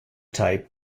type